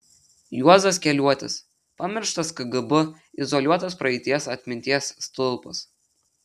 juozas keliuotis pamirštas kgb izoliuotas praeities atminties stulpas